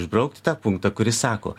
išbraukti tą punktą kuris sako